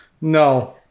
No